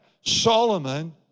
Solomon